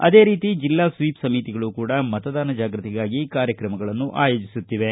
ಅದೇ ರೀತಿ ಜಿಲ್ಲಾ ಸ್ವೀಪ್ ಸಮಿತಿಗಳು ಕೂಡಾ ಮತದಾನ ಜಾಗೃತಿಗಾಗಿ ಕಾರ್ಯಕ್ರಮಗಳನ್ನು ಆಯೋಜಿಸುತ್ತಿವೆ